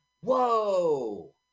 Whoa